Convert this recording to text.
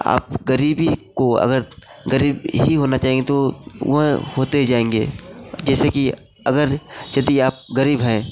आप गरीबी को अगर गरीब ही होना चाहिए तो वह होते जाएँगे जैसे कि अगर यदि आप गरीब हैं